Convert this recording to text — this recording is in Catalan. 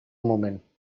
moment